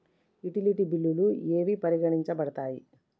Utility బిల్లులు ఏవి పరిగణించబడతాయి?